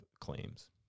claims